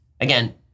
Again